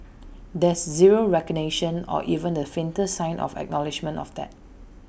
there's zero recognition or even the faintest sign of acknowledgement of that